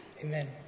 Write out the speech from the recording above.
Amen